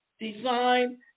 design